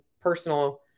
personal